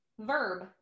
Verb